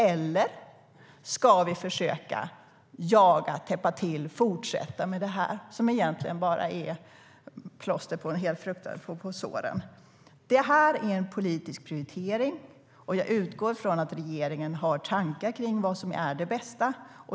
Eller ska vi försöka jaga, täppa till och fortsätta med det här, som egentligen bara är plåster på såren? Det här är en politisk prioritering, och jag utgår ifrån att regeringen har tankar kring vad som är det bästa.